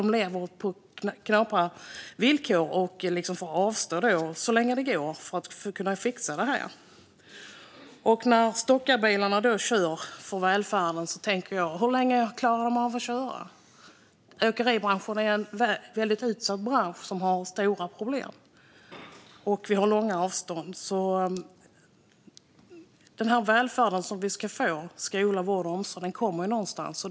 De lever på knappa villkor och får avstå från lön så länge det går för att fixa det här. När stockbilarna kör för välfärden undrar jag hur länge de klarar av att köra. Åkeribranschen är väldigt utsatt och har stora problem. Vi har ju långa avstånd. Den där välfärden som vi ska få - skola, vård och omsorg - kommer ju någonstans ifrån.